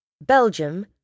Belgium